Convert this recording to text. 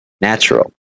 natural